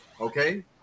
Okay